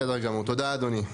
בסדר גמור, תודה אדוני.